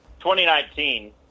2019